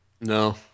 No